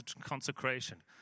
consecration